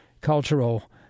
cultural